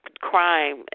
crime